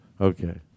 Okay